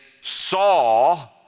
saw